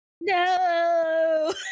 no